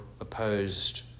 opposed